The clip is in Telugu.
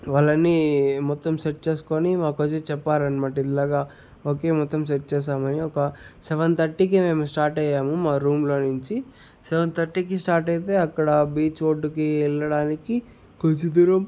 వాళ్ళని మొత్తం సెట్ చేసుకొని మాకొచ్చి చెప్పారనమాట ఇలాగ ఓకే మొత్తం సెట్ చేశామని ఒక సెవెన్ థర్టీకి మేము స్టార్ట్ అయ్యాము మా రూమ్లో నించి సెవెన్ థర్టీ కి స్టార్ట్ అయితే అక్కడ బీచ్ రోడ్డుకి వెళ్లడానికి కొంత దూరం